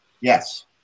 Yes